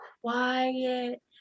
quiet